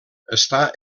està